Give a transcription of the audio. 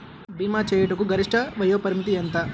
భీమా చేయుటకు గరిష్ట వయోపరిమితి ఎంత?